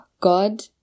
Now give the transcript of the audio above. God